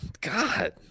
God